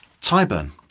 Tyburn